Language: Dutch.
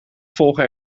volgen